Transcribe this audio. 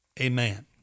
Amen